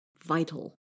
vital